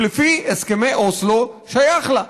שלפי הסכמי אוסלו שייך לה.